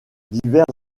divers